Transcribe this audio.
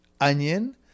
onion